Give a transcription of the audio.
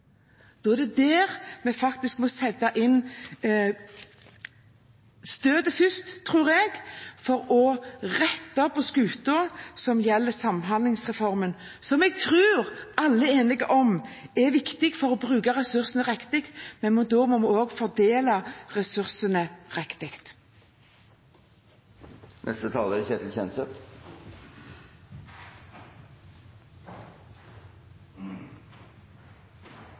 er der vi må sette inn støtet først, tror jeg, for å rette opp skuta, som gjelder Samhandlingsreformen, som jeg tror alle er enige om er viktig for å bruke ressursene riktig. Men da må vi også fordele ressursene riktig.